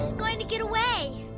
going to get away.